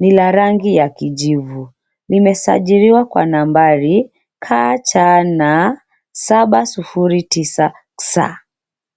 Ni la rangi ya kijivu, limesajiliwa kwa nambari KCN 709S.